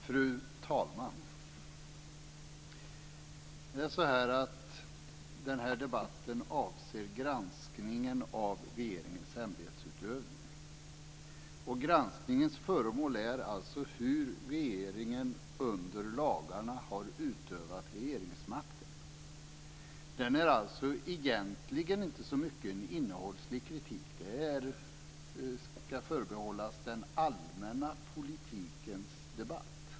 Fru talman! Den här debatten avser granskningen av regeringens ämbetsutövning. Granskningens föremål är alltså hur regeringen under lagarna har utövat regeringsmakten. Den är alltså egentligen inte så mycket en innehållslig kritik. Den ska förbehållas den allmänna politikens debatt.